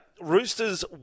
Roosters